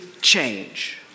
change